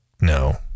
no